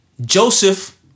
Joseph